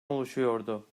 oluşuyordu